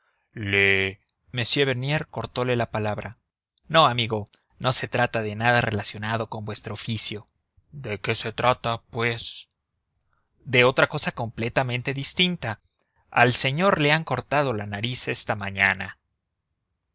pronunciar le m bernier cortole la palabra no amigo mío no se trata de nada relacionado con vuestro comercio de qué se trata pues de otra cosa completamente distinta al señor le han cortado la nariz esta mañana